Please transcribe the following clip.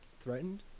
threatened